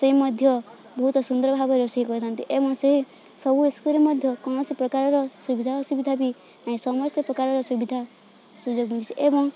ସେଇ ମଧ୍ୟ ବହୁତ ସୁନ୍ଦର ଭାବରେ ରୋଷେଇ କରିଥାନ୍ତି ଏବଂ ସେ ସବୁ ସ୍କୁଲ୍ରେ ମଧ୍ୟ କୌଣସି ପ୍ରକାରର ସୁବିଧା ଅସୁବିଧା ବି ନାହିଁ ସମସ୍ତେ ପ୍ରକାରର ସୁବିଧା ସୁଯୋଗ ମିଳିଛି ଏବଂ